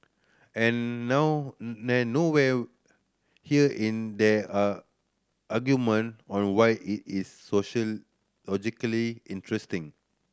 and no nowhere here in there are argument on why it is sociologically interesting